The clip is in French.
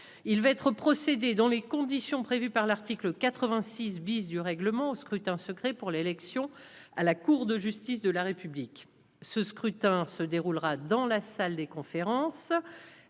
il va être procédé dans les conditions prévues par l'article 86 bis du règlement au scrutin secret pour l'élection à la Cour de justice de la République ce. Scrutin se déroulera dans la salle des conférences